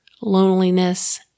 loneliness